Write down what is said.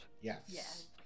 Yes